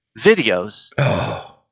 videos